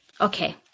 Okay